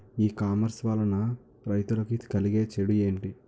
ఈ కామర్స్ వలన రైతులకి కలిగే చెడు ఎంటి?